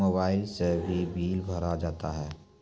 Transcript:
Mobile से भी bill भरा जाता हैं?